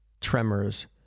tremors